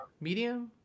Medium